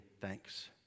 thanks